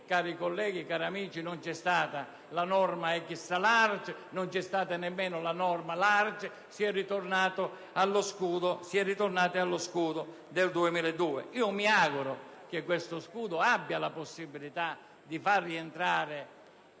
Cari colleghi, cari amici, non c'è stata la norma *extralarge* e non c'è stata nemmeno la norma *large*: si è ritornati allo scudo del 2002. Mi auguro che questo scudo abbia la possibilità di far rientrare